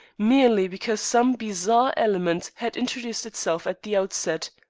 merely because some bizarre element had intruded itself at the outset.